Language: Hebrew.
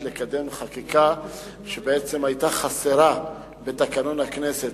לקדם חקיקה שבעצם היתה חסרה בתקנון הכנסת.